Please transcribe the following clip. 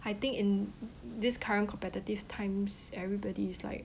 I think in this current competitive times everybody is like